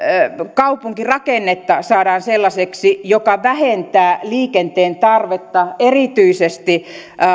kaupunkirakennetta saadaan sellaiseksi joka vähentää liikenteen tarvetta erityisesti